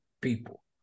people